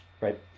right